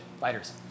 Fighters